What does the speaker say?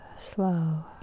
slow